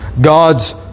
God's